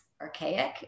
archaic